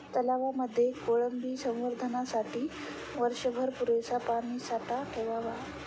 तलावांमध्ये कोळंबी संवर्धनासाठी वर्षभर पुरेसा पाणीसाठा ठेवावा